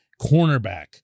cornerback